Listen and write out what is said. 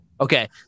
okay